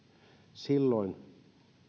silloin